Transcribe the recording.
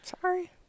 Sorry